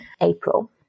April